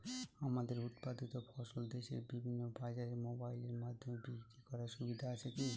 আমার উৎপাদিত ফসল দেশের বিভিন্ন বাজারে মোবাইলের মাধ্যমে বিক্রি করার সুবিধা আছে কি?